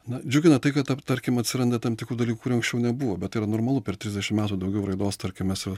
na džiugina tai kad tar tarkim atsiranda tam tikrų dalykų kurių anksčiau nebuvo bet tai yra normalu per trisdešimt metų daugiau raidos tarkime sa